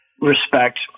respect